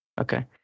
Okay